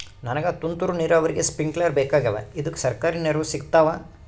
ನನಗ ತುಂತೂರು ನೀರಾವರಿಗೆ ಸ್ಪಿಂಕ್ಲರ ಬೇಕಾಗ್ಯಾವ ಇದುಕ ಸರ್ಕಾರಿ ನೆರವು ಸಿಗತ್ತಾವ?